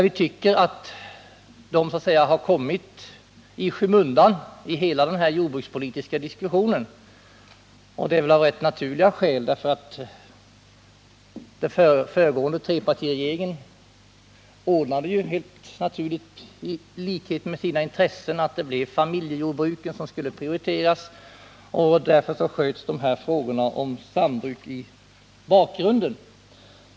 Vi tycker att de har kommit i skymundan i hela den jordbrukspolitiska debatten. Trepartiregeringen ordnade helt naturligt i överensstämmelse med sina intressen så att familjejordbruken skulle prioriteras, och därför sköts dessa frågor om sambruk i bakgrunden.